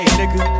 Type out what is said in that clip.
nigga